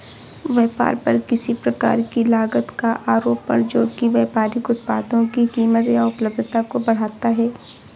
व्यापार पर किसी प्रकार की लागत का आरोपण जो कि व्यापारिक उत्पादों की कीमत या उपलब्धता को बढ़ाता है